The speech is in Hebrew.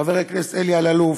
חבר הכנסת אלי אלאלוף,